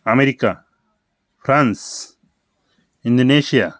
America France Indonesia